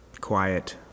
quiet